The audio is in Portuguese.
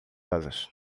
asas